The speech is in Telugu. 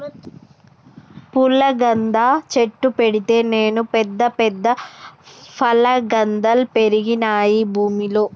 పుల్లగంద చెట్టు పెడితే నేను పెద్ద పెద్ద ఫుల్లగందల్ పెరిగినాయి భూమిలో